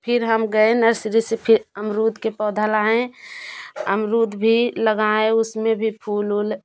फिर हम गए नर्सरी से फिर अमरुद के पौधा लाएँ अमरुद भी लगाएँ उसमें भी फूल उल